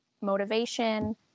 motivation